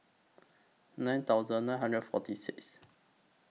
nine thousand nine hundred forty Sixth